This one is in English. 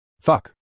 Fuck